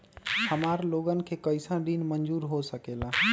हमार लोगन के कइसन ऋण मंजूर हो सकेला?